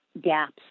gaps